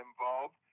involved